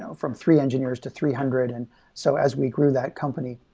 so from three engineers, to three hundred, and so as we grew that company.